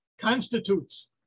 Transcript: constitutes